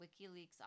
WikiLeaks